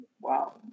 Wow